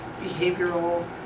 behavioral